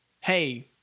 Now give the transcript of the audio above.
hey